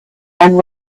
and